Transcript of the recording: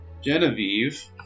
Genevieve